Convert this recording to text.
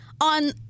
on